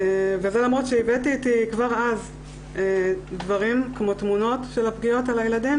זאת למרות שהבאתי איתי כבר אז תמונות של הפגיעות על הילדים